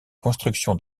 construction